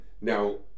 now